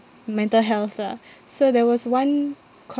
mental health lah so there was one con~